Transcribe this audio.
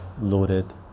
loaded